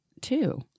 two